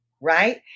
right